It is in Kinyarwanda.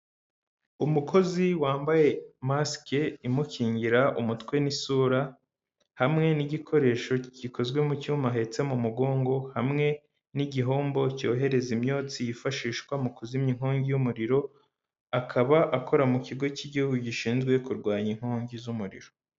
Umukozi wambaye masike imukingira umutwe n'isura hamwe n'igikoresho gikozwe mu cyuma ahetse mu mugongo, hamwe n'igihombo cyohereza imyotsi yifashishwa mu kuzimya inkongi y'umuriro, akaba akora mu kigo cy'igihugu gishinzwe kurwanya inkongi z'umuriro.